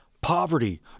poverty